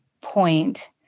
point